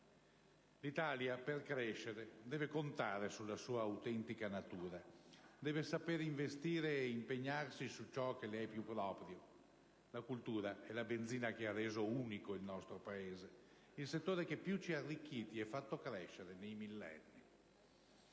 L'Italia per crescere deve contare sulla sua autentica natura; deve saper investire e impegnarsi su ciò che le è più proprio. La cultura è la benzina che ha reso unico il nostro Paese, il settore che più ci ha arricchiti e fatto crescere nei millenni.